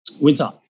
Winter